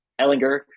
Ellinger